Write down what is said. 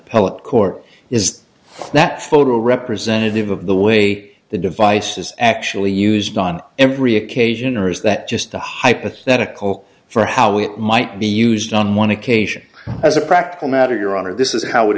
public or is that photo representative of the way the device is actually used on every occasion or is that the hypothetical for how it might be used on one occasion as a practical matter your honor this is how it